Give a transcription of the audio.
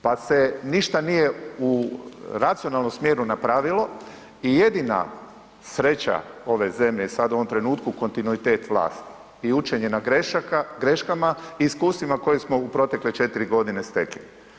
Pa se ništa nije u racionalnom smjeru napravilo i jedina sreća ove zemlje je sada u ovom trenutku kontinuitet vlasti i učenje na greškama i iskustvima koje smo u protekle 4 g. stekli.